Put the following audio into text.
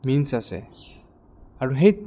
means আছে আৰু সেই